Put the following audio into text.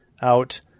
out